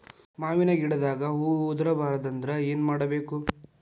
ಮಾವಿನ ಗಿಡದಾಗ ಹೂವು ಉದುರು ಬಾರದಂದ್ರ ಏನು ಮಾಡಬೇಕು?